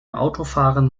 autofahren